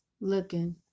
looking